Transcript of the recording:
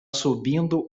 subindo